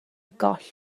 goll